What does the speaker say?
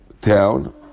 town